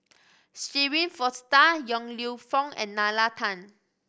Shirin Fozdar Yong Lew Foong and Nalla Tan